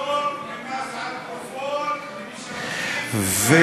פטור ממס על תרופות למי שמשרתים בצבא.